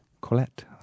Colette